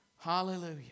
Hallelujah